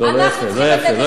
אנחנו צריכים לתת את הפתרון.